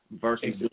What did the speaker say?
versus